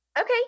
Okay